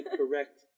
correct